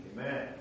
Amen